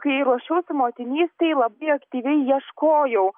kai ruošiausi motinystei labai aktyviai ieškojau